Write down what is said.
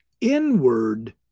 inward